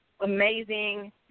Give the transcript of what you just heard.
amazing